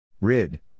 Rid